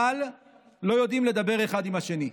אבל לא יודעים לדבר אחד עם השני.